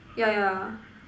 yeah yeah